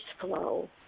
flow